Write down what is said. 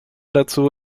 dazu